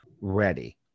ready